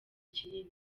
kinini